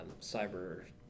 cyber